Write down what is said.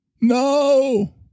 No